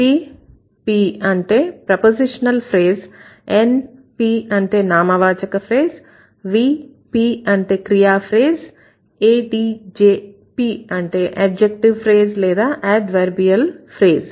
PP అంటే prepositional phrase NP అంటే నామవాచకఫ్రేజ్ VP అంటే క్రియాఫ్రేజ్ AdjP అంటే అడ్జెక్టీవ్ ఫ్రేజ్ లేదా అడ్వర్బియల్ ఫ్రేజ్